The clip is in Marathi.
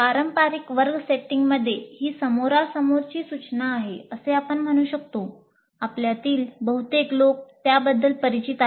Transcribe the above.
पारंपारिक वर्ग सेटिंगमध्ये ही समोरासमोरची सूचना आहे असे आपण म्हणू शकतो आपल्यातील बहुतेक लोक त्याबद्धल परिचित आहेत